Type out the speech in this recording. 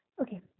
Okay